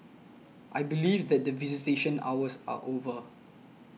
I believe that visitation hours are over